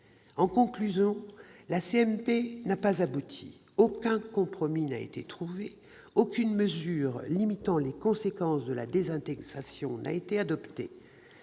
mixte paritaire n'a pas abouti. Aucun compromis n'a été trouvé, aucune mesure limitant les conséquences de la désindexation n'a été adoptée.